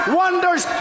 wonders